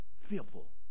fearful